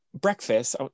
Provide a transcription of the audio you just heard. breakfast